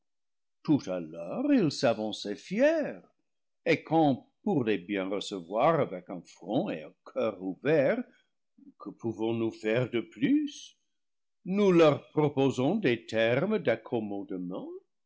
l'heure ils s'avançaient fiers et quand pour les bien recevoir avec un front et un coeur ouverts que pouvons-nous faire de plus nous leur proposons des termes